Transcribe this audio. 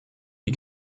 wie